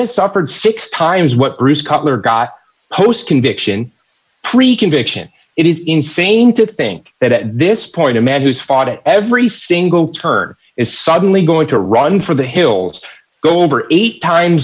has suffered six times what bruce cutler got post conviction pre conviction it is insane to think that at this point a man who's fought it every single term is suddenly going to run for the hills go over eight time